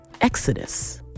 Exodus